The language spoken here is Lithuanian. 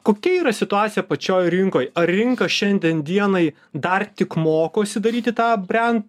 kokia yra situacija pačioj rinkoj ar rinka šiandien dienai dar tik mokosi daryti tą bren